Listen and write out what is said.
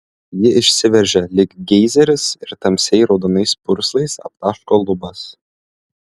ji išsiveržia lyg geizeris ir tamsiai raudonais purslais aptaško lubas